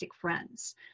friends